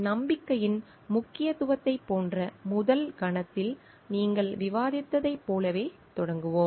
நம்பிக்கையின் முக்கியத்துவத்தைப் போன்ற முதல் கணத்தில் நீங்கள் விவாதித்ததைப் போலவே தொடங்குவோம்